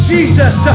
Jesus